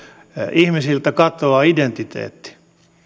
ihmisiltä katoaa identiteetti